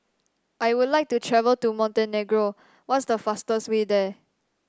I would like to travel to Montenegro what is the fastest way there